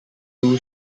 two